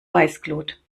weißglut